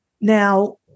Now